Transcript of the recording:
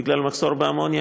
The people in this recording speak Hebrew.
בגלל מחסור באמוניה,